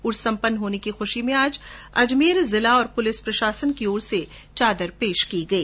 उर्स संम्पन्न होने की ख्शी में आज अजमेर जिला और पुलिस प्रशासन की ओर से चादर पेश की गई